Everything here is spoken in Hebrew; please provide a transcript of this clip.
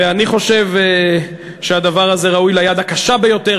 אני חושב שהדבר הזה ראוי ליד הקשה ביותר,